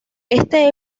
este